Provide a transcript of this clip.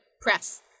Press